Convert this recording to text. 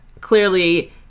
clearly